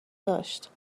داشت